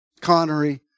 Connery